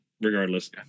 regardless